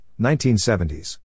1970s